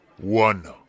One